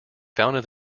founded